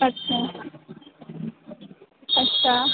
अच्छा अच्छा